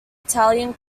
italian